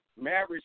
marriage